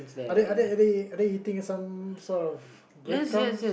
are they are they eating some sort of breadcrumbs